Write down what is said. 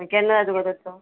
मागीर केन्ना जाय तर तो